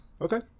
Okay